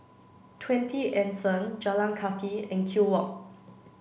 Twenty Anson Jalan Kathi and Kew Walk